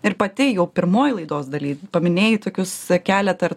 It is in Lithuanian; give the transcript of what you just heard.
ir pati jau pirmoj laidos daly paminėjai tokius keletą ir